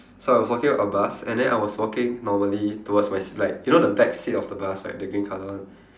so I was walking up a bus and then I was walking normally towards my s~ like you know the backseat of the bus right the green colour [one]